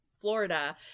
florida